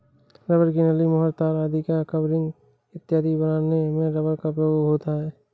rubber की नली, मुहर, तार आदि का कवरिंग इत्यादि बनाने में रबर का उपयोग होता है